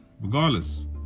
regardless